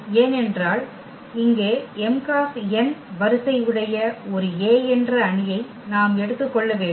ஏனென்றால் இங்கே m × n வரிசை உடைய ஒரு A என்ற அணியை நாம் எடுத்துக்கொள்ள வேண்டும்